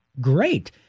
great